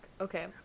Okay